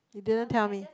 you didn't tell me